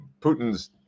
Putin's